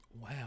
Wow